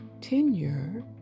tenure